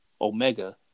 Omega